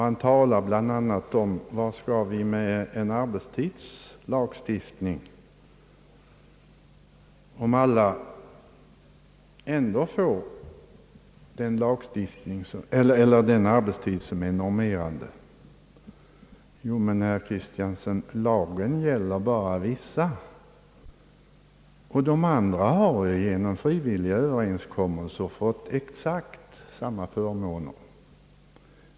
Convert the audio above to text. Han frågar bl.a. vad vi skall ha en arbetstidslagstiftning till, om alla människor ändå får den arbetstid som är normerande. Jo, herr Kristiansson, lagen gäller bara för vissa människor. Övriga har genom frivilliga överenskommelser fått exakt samma förmåner.